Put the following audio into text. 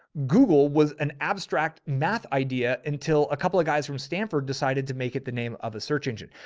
google was an abstract math idea until a couple of guys from stanford decided to make it the name of a search engine,